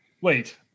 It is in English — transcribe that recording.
Wait